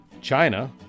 China